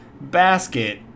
basket